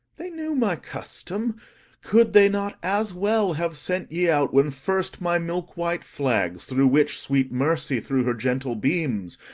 they knew my custom could they not as well have sent ye out when first my milk-white flags, through which sweet mercy threw her gentle beams,